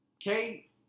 Kate